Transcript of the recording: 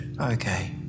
Okay